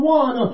one